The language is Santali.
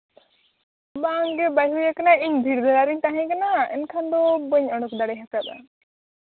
ᱵᱟᱝ ᱜᱮ ᱵᱟᱝ ᱦᱩᱭ ᱠᱟᱱᱟ ᱤᱧ ᱵᱷᱤᱲ ᱫᱷᱟᱨᱟᱨᱤᱧ ᱛᱟᱦᱮᱸ ᱠᱟᱱᱟ ᱮᱱᱠᱷᱟᱱ ᱫᱚ ᱵᱟᱧ ᱚᱰᱚᱠ ᱫᱟᱲᱮᱭᱟᱠᱟᱫᱟ